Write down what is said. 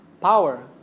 Power